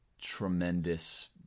tremendous